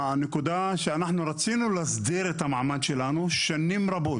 הנקודה שאנחנו רצינו להסדיר את המעמד שלנו שנים רבות